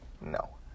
No